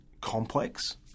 complex